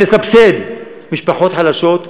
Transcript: ולסבסד משפחות חלשות,